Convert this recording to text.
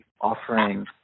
offering